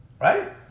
Right